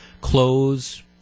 clothes